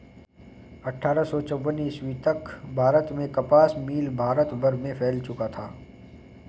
अट्ठारह सौ चौवन ईस्वी तक भारत में कपास मिल भारत भर में फैल चुका था